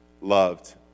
loved